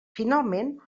finalment